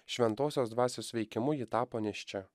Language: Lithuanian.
šventosios dvasios veikimu ji tapo nėščia